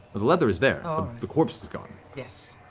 the leather is there. ah the corpse is gone yes.